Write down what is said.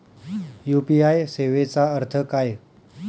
UPI सेवेचा अर्थ काय?